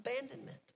abandonment